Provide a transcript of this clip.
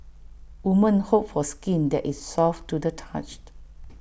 women hope for skin that is soft to the touch